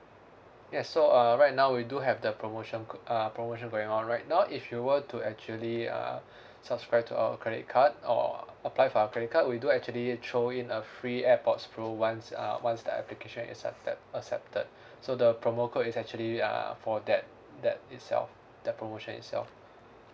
yes so uh right now we do have the promotion code uh promotion going on right now if you were to actually uh subscribe to our credit card or apply for our credit card we do actually throw in a free airpods pro once uh once the application is acce~ accepted so the promo code is actually uh for that that itself the promotion itself